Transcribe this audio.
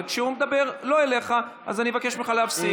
אבל כשהוא מדבר לא אליך אני מבקש ממך להפסיק.